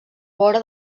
vora